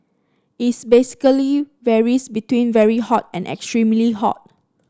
its basically varies between very hot and extremely hot